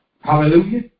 Hallelujah